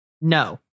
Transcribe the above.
No